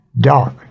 dark